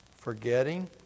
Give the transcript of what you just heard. Forgetting